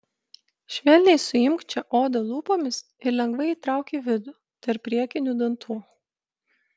švelniai suimk čia odą lūpomis ir lengvai įtrauk į vidų tarp priekinių dantų